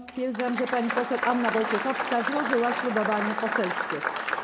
Stwierdzam, że pani poseł Anna Wojciechowska złożyła ślubowanie poselskie.